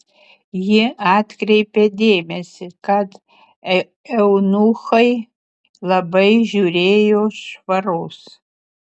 ji atkreipė dėmesį kad eunuchai labai žiūrėjo švaros